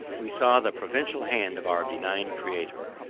we saw the providential hand of our benign creator,